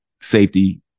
safety